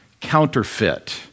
counterfeit